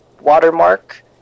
watermark